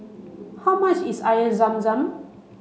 how much is Air Zam Zam